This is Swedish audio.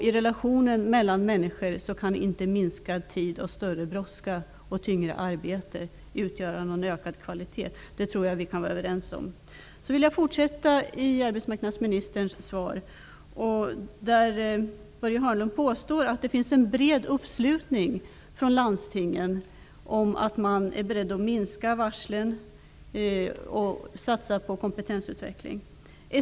I relationen mellan människor kan inte minskad tid, större brådska och tyngre arbete utgöra någon ökad kvalitet, det tror jag att vi kan vara överens om. Sedan vill jag fortsätta i arbetsmarknadsministerns svar. Börje Hörnlund påstår att det finns en bred uppslutning från landstingen om att man är beredd att minska varslen och satsa på kompetensutveckling.